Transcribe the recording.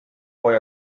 poi